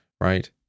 right